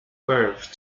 birth